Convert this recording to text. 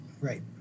right